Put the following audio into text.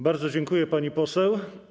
Bardzo dziękuję, pani poseł.